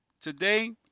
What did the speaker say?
Today